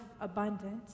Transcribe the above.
abundant